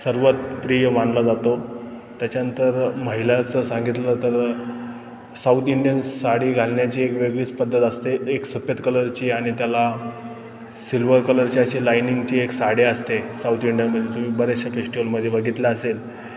सर्वात प्रिय मानला जातो त्याच्यानंतर महिलाचं सांगितलं तर साऊथ इंडियन साडी घालण्याची एक वेगळीच पद्धत असते एक सफेद कलरची आणि त्याला सिल्वर कलरच्या अशी लायनिंगची एक साडी असते साऊथ इंडियनमध्ये तुम्ही बरेचशा फेस्टिवलमध्ये बघितल्या असेल